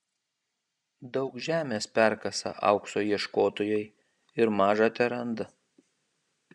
daug žemės perkasa aukso ieškotojai ir maža teranda